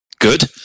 Good